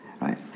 right